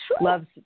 loves